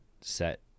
set